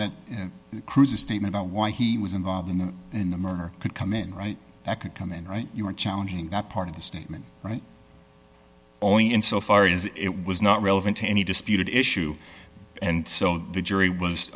the cruiser statement on why he was involved in the in the murder could come in right that could come in right you were challenging that part of the statement right only in so far is it was not relevant to any disputed issue and so the jury was